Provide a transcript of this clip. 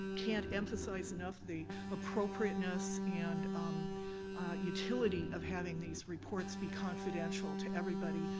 can't emphasize enough the appropriateness and utility of having these reports be confidential to everybody